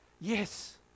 yes